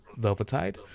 Velvetide